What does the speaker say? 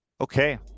Okay